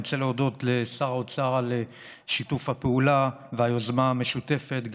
אני רוצה להודות לשר האוצר על שיתוף הפעולה והיוזמה המשותפת,